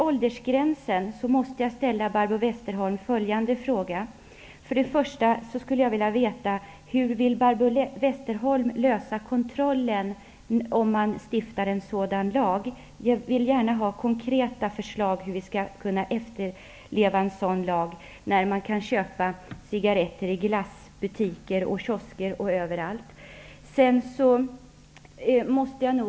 Westerholm lösa problemet med kontrollen, om man stiftar en sådan lag? Jag vill gärna ha konkreta förslag om hur vi skall kunna efterleva en sådan lag, när det går att köpa cigaretter i glassbutiker, kiosker och överallt.